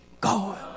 God